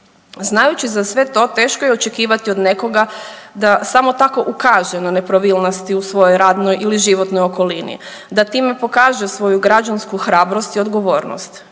Znajući za sve to teško je očekivati od nekoga da samo tako ukaže na nepravilnosti u svojoj radnoj ili životnoj okolini, da time pokaže svoju građansku hrabrost i odgovornost